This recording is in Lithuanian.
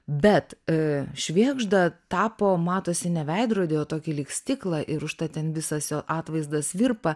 bet a švėgžda tapo matosi ne veidrody o tokį lyg stiklą ir užtat ten visas jo atvaizdas virpa